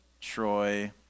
Troy